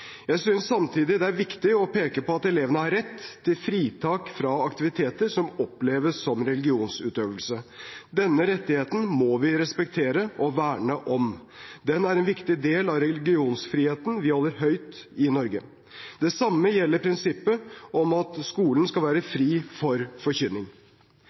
Jeg synes samtidig det er viktig å peke på at elever har rett til fritak fra aktiviteter som oppleves som religionsutøvelse. Denne rettigheten må vi respektere og verne om. Den er en viktig del av religionsfriheten vi holder høyt i Norge. Det samme gjelder prinsippet om at skolen skal være fri for forkynning.